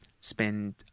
spend